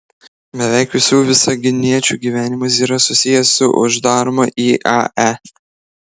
beveik visų visaginiečių gyvenimas yra susijęs su uždaroma iae